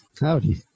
Howdy